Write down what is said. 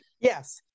Yes